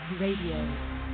Radio